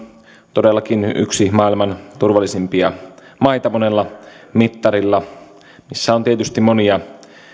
todellakin yksi maailman turvallisimpia maita monella mittarilla missä on tietysti monia